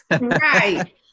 Right